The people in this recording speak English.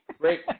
Great